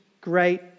great